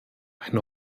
eine